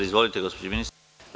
Izvolite, gospođo ministar.